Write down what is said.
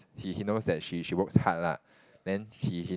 he he knows that she she works hard lah then he hin~